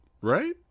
Right